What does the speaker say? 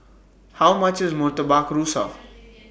How much IS Murtabak Rusa